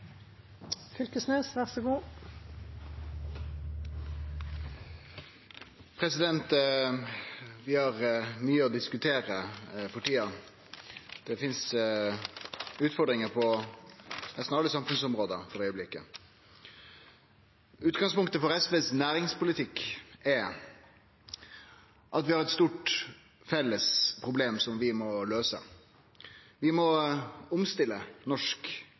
finst utfordringar på nesten alle samfunnsområde for augeblikket. Utgangspunktet for SVs næringspolitikk er at vi har eit stort felles problem vi må løyse. Vi må omstille norsk